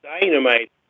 dynamite